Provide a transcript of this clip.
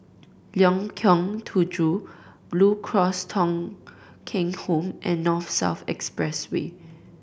Lengkong Tujuh Blue Cross Thong Kheng Home and North South Expressway